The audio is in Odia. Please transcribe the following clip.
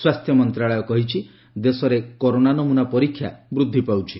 ସ୍ୱାସ୍ଥ୍ୟ ମନ୍ତ୍ରଣାଳୟ କହିଛି ଦେଶରେ କରୋନା ନମୁନା ପରୀକ୍ଷା ବୃଦ୍ଧି ପାଉଛି